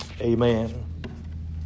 Amen